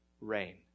rain